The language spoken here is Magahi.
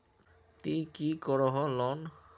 ती की करोहो लोन?